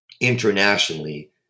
internationally